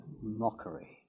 mockery